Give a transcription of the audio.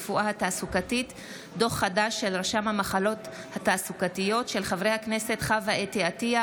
בהצעתם של חברי הכנסת חוה אתי עטייה,